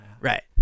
Right